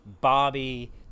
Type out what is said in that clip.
Bobby